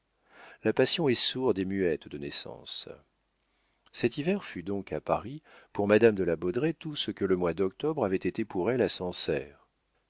la passion est sourde et muette de naissance cet hiver fut donc à paris pour madame de la baudraye tout ce que le mois d'octobre avait été pour elle à